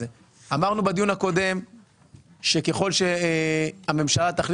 אמרנו בדיון הקודם שככל שהממשלה תחליט